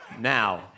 Now